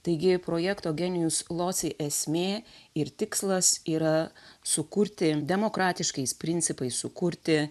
taigi projekto genius loci esmė ir tikslas yra sukurti demokratiškais principais sukurti